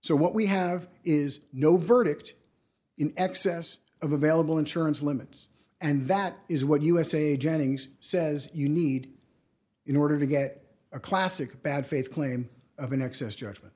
so what we have is no verdict in excess of available insurance limits and that is what usa jennings says you need in order to get a classic bad faith claim of an excess judgment